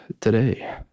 today